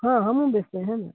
हाँ हमहूँ बेचते हैं ना